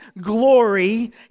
glory